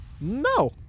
no